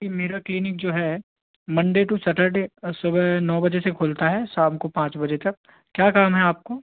ये मेरा क्लीनिक जो है मंडे टू सटरडे सुबह नौ बजे से खुलता है शाम को पाँच बजे तक क्या काम है आपको